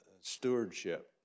stewardship